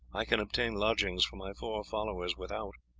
i can obtain lodgings for my four followers without.